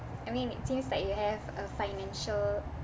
I mean it seems like you have a financial